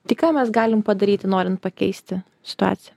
tai ką mes galim padaryti norint pakeisti situaciją